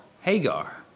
Hagar